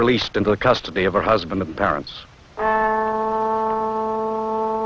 released into the custody of her husband the parents